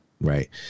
right